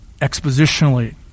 expositionally